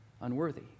Unworthy